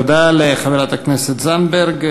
תודה לחברת הכנסת זנדברג.